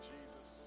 Jesus